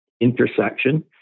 intersection